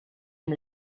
amb